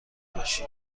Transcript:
باشی